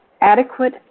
adequate